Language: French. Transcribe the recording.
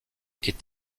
est